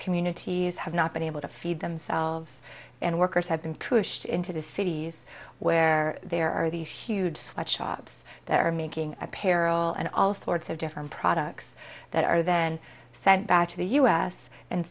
communities have not been able to feed themselves and workers have been truest into the cities where there are these huge sweatshops that are making apparel and all sorts of different products that are then sent back to the u s and